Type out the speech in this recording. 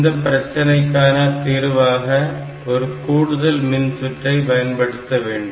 இந்த பிரச்சனைக்கு தீர்வாக ஒரு கூடுதல் மின்சுற்றை பயன்படுத்த வேண்டும்